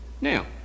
Now